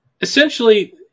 Essentially